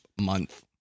month